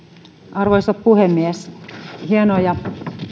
arvoisa puhemies hienoja sotaveteraanejamme